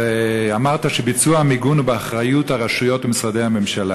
אמרת שביצוע המיגון הוא באחריות הרשויות ומשרדי הממשלה,